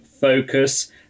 focus